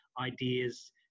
ideas